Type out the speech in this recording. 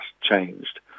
changed